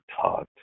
taught